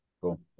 Cool